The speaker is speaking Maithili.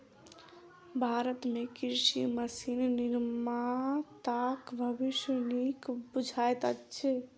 भारत मे कृषि मशीन निर्माताक भविष्य नीक बुझाइत अछि